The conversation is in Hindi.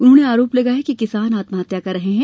उन्होंने आरोप लगाया कि किसान आत्महत्या कर रहे हैं